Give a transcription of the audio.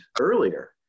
earlier